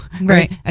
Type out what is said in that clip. right